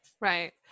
right